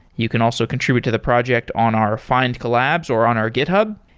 you can also contribute to the project on our findcollabs or on our github.